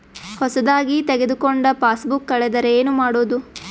ಹೊಸದಾಗಿ ತೆಗೆದುಕೊಂಡ ಪಾಸ್ಬುಕ್ ಕಳೆದರೆ ಏನು ಮಾಡೋದು?